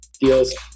deals